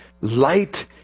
light